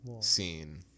scene